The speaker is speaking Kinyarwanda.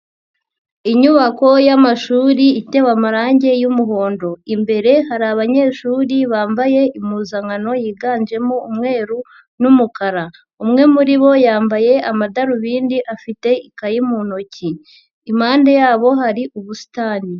Inyubako y'amashuri itewe amarangi y'umuhondo. Imbere hari abanyeshuri bambaye impuzankano yiganjemo umweru n'umukara. Umwe muri bo yambaye amadarubindi afite ikayi mu ntoki. Impande yabo hari ubusitani.